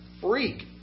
freak